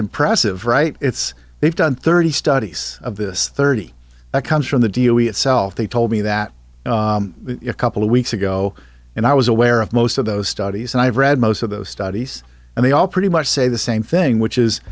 impressive right it's they've done thirty studies of this thirty comes from the deal itself they told me that a couple of weeks ago and i was aware of most of those studies and i've read most of those studies and they all pretty much say the same thing which is